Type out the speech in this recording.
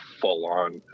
full-on